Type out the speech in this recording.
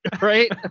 right